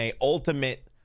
Ultimate